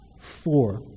four